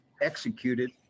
executed